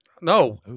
No